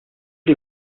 les